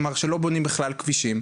כלומר שלא בונם בכלל כבישים.